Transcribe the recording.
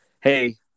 Hey